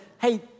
hey